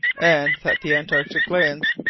and that the antarctic lands,